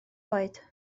oed